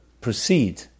proceed